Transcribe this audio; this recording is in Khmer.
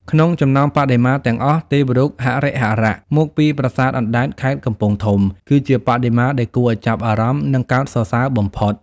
ក្នុងចំណោមបដិមាទាំងអស់ ទេវរូបហរិហរៈ មកពីប្រាសាទអណ្តែត ខេត្តកំពង់ធំ គឺជាបដិមាដែលគួរឱ្យចាប់អារម្មណ៍ និងកោតសរសើរបំផុត។